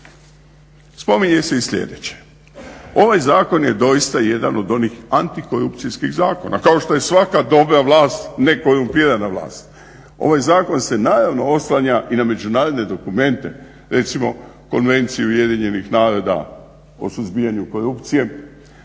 Spominje se i sljedeće, ovaj zakon je doista jedan od onih antikorupcijskih zakona. Kao što je svaka dobra vlast nekorumpirana vlast. Ovaj zakon se naravno oslanja i na međunarodne dokumente. Recimo Konvenciju UN-a o suzbijanju korupcije